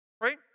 right